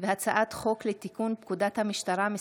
הצעת חוק לתיקון פקודת המשטרה (מס'